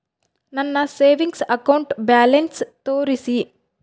ನನ್ನ savings account balance ತೋರಿಸಿ?